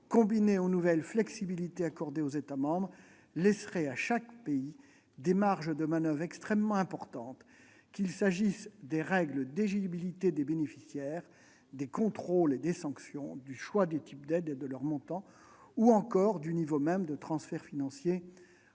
combiné aux nouvelles flexibilités accordées aux États membres, laisserait à chaque pays des marges de manoeuvre extrêmement importantes, qu'il s'agisse des règles d'éligibilité des bénéficiaires, des contrôles et des sanctions, du choix des types d'aides et de leurs montants, ou encore du niveau même de transferts financiers